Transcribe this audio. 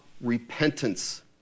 repentance